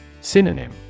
Synonym